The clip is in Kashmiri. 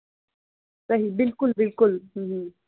صحیح بِلکُل بِلکُل